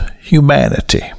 humanity